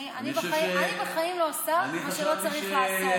אני בחיים לא עושה את מה שלא צריך לעשות.